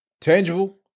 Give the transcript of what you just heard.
Tangible